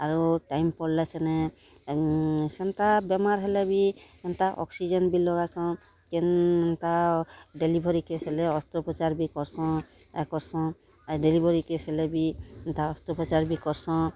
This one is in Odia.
ଆରୁ ଟାଇମ୍ ପଡ଼୍ଲେ ସେନେ ସେନ୍ତା ବେମାର୍ ହେଲେ ବି ଏନ୍ତା ଅକ୍ସିଜେନ୍ ବି ଲଗାସନ୍ କେନ୍ତା ଡେଲିଭରି କେସ୍ ହେଲେ ଅସ୍ତ୍ରୋପଚାର୍ ବି କର୍ସନ୍ ଆର୍ କର୍ସନ୍ ଆର୍ ଡେଲିଭରି କେସ୍ ହେଲେ ବି ଏନ୍ତା ଅସ୍ତ୍ରୋପଚାର୍ ବି କର୍ସଁ